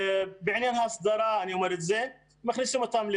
בעניין ההסדרה אני אומר את זה, לרהט.